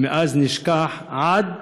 ונשכח עד